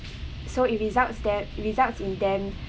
so it results that results in them